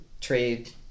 trade